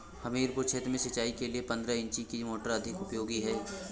हमीरपुर क्षेत्र में सिंचाई के लिए पंद्रह इंची की मोटर अधिक उपयोगी है?